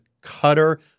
Cutter